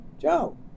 Joe